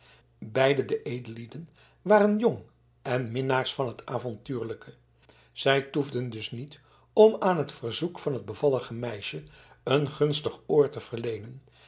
beide de edellieden waren jong en minnaars van het avontuurlijke zij toefden dus niet om aan het verzoek van het bevallige meisje een gunstig oor te verleenen